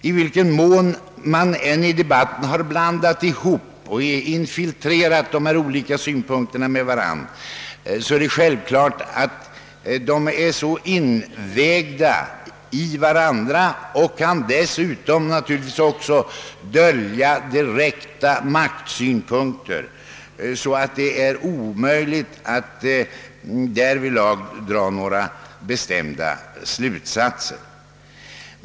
Även om man i debatten blandat ihop dessa olika synpunkter är det självklart att de är invävda i varandra, liksom också att direkta maktsynpunkter kan finnas dolda. Därför är det också omöjligt att dra några bestämda slutsatser.